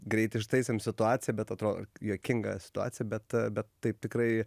greit ištaisėm situaciją bet atrodo juokinga situacija bet bet taip tikrai